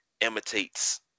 imitates